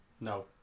No